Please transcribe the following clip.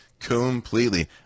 Completely